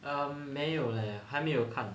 um 没有咧还没有看